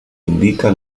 indica